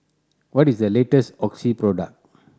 what is the latest Oxy product